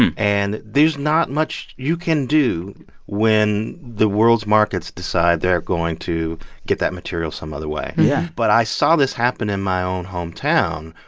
and and there's not much you can do when the world's markets decide they're going to get that material some other way yeah but i saw this happen in my own hometown,